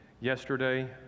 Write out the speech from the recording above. yesterday